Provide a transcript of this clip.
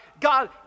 God